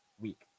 week